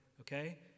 okay